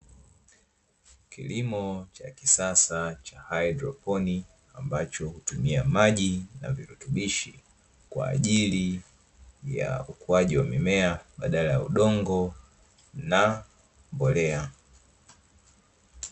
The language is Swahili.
Kilimo cha kisasa cha haidroponi, ambacho hutumia maji na virutubishi kwa ajili ya ukuaji wa mimea badala ya udongo na mbolea.